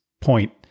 point